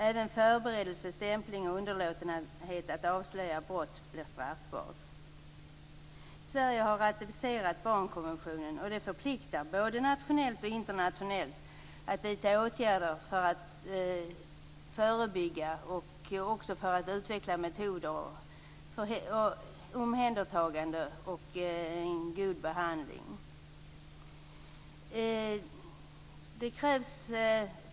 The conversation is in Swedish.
Även förberedelse, stämpling och underlåtenhet att avslöja brott blir straffbart. Sverige har ratificerat barnkonventionen och det förpliktar, både nationellt och internationellt att vidta åtgärder för att förebygga och för att utveckla metoder för omhändertagande och en god behandling.